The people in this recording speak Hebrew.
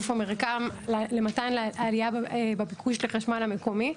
למתן עלייה בביקוש לחשמל המקומי.